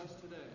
today